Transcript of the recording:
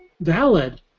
valid